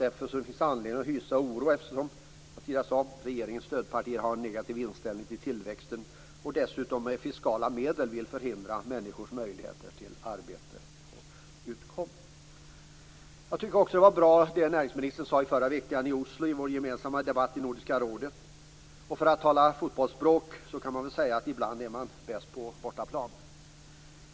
Det finns ju anledning att hysa oro eftersom, som jag tidigare sade, regeringens stödpartier har en negativ inställning till tillväxten och dessutom med fiskala medel vill förhindra människors möjligheter till arbete och utkomst. Jag tycker också att det var bra som näringsministern sade i förra veckan vid vår gemensamma debatt i Nordiska rådet i Oslo. För att tala fotbollsspråk kan man väl säga att ibland är man bäst på bortaplan.